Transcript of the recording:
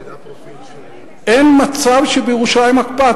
אין מצב שבירושלים הקפאה.